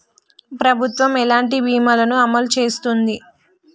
ప్రభుత్వం ఎలాంటి బీమా ల ను అమలు చేస్తుంది?